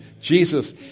Jesus